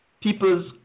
people's